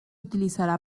utilizará